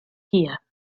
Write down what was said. here